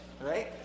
Right